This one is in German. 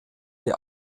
der